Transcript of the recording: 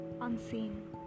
unseen